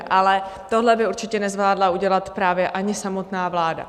Ale tohle by určitě nezvládla udělat právě ani samotná vláda.